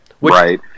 right